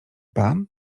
pan